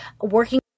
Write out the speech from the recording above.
working